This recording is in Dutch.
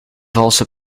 vals